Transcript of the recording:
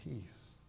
peace